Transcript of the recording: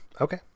Okay